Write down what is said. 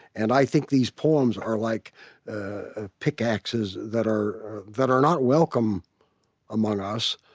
and i think these poems are like pickaxes that are that are not welcome among us,